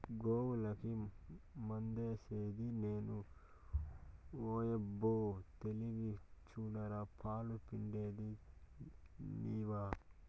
గోవులకి మందేసిది నేను ఓయబ్బో తెలివి సూడరా పాలు పిండేది నీవా